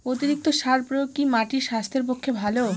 অতিরিক্ত সার প্রয়োগ কি মাটির স্বাস্থ্যের পক্ষে ভালো?